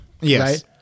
Yes